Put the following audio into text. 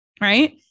Right